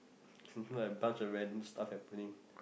like a bunch of random stuff happening